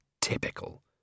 typical